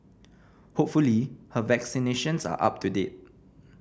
hopefully her vaccinations are up to date